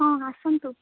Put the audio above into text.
ହଁ ଆସନ୍ତୁ